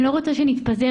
אני לא רוצה שנתפזר.